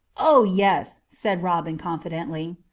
oh! yes, said robin confidently.